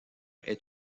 est